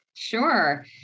Sure